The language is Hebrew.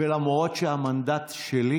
ולמרות שהמנדט שלי,